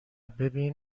ببین